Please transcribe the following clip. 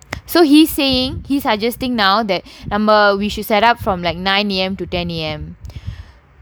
so he is saying he suggesting now that நம்ம:namma we should set up from like nine A_M to ten A_M err